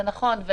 זה נכון.